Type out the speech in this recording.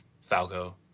Falco